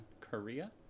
Korea